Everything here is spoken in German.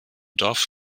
dorf